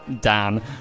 Dan